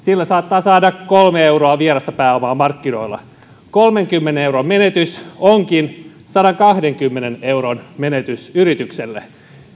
saattaa saada kolme euroa vierasta pääomaa markkinoilla kolmenkymmenen euron menetys onkin sadankahdenkymmenen euron menetys yritykselle